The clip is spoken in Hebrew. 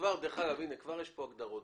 כבר יש פה הגדרות.